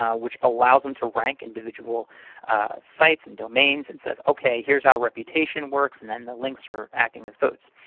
um which allows them to rank individual sites and domains and says, okay, here's how reputation works, and then the links are acting as votes.